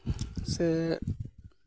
ᱥᱮ